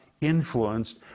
influenced